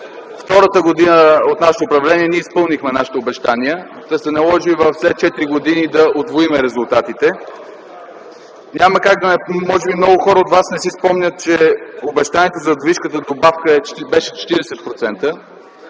втората година от нашето управление изпълнихме нашите обещания, та се наложи след четири години да удвоим резултатите. Може би много хора от вас не си спомнят, че обещанието за вдовишката добавка беше 40%,